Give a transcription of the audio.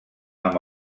amb